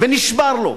ונשבר לו.